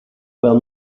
will